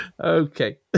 okay